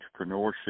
entrepreneurship